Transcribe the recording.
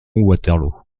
waterloo